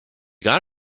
got